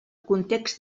context